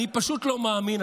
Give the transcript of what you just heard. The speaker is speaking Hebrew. אני פשוט לא מאמין.